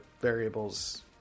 variables